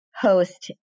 host